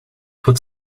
put